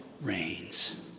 reigns